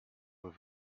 with